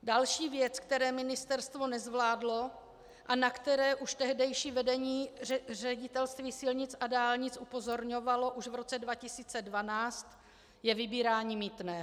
Další věcí, kterou Ministerstvo nezvládlo a na kterou tehdejší vedení Ředitelství silnic a dálnic upozorňovalo už v roce 2012, je vybírání mýtného.